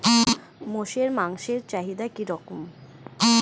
মোষের মাংসের চাহিদা কি রকম?